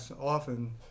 often